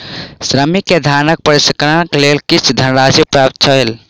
श्रमिक के धानक प्रसंस्करणक लेल किछ धनराशि प्राप्त भेल